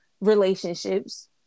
relationships